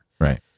Right